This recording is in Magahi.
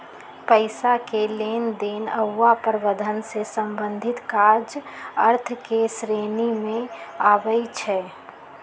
पइसा के लेनदेन आऽ प्रबंधन से संबंधित काज अर्थ के श्रेणी में आबइ छै